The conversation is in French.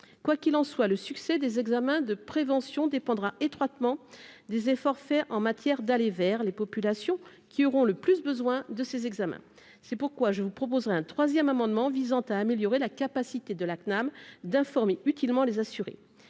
quoi qu'il en soit, le succès des examens de prévention dépendra étroitement des efforts faits en matière d'aller vers les populations qui auront le plus besoin de ses examens, c'est pourquoi je vous proposerai un 3ème amendement visant à améliorer la capacité de la CNAM d'informer utilement les assurés,